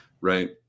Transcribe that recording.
right